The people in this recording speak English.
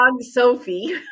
Sophie